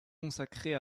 consacrée